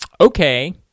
Okay